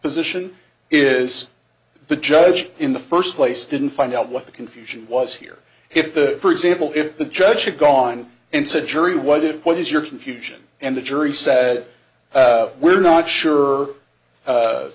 position is the judge in the first place didn't find out what the confusion was here if the for example if the judge had gone and said jury why didn't what is your confusion and the jury said we're not sure